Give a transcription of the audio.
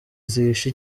zihishe